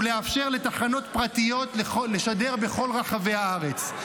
ולאפשר לתחנות פרטיות לשדר בכל רחבי הארץ.